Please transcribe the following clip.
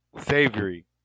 Savory